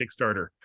Kickstarter